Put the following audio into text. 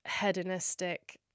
hedonistic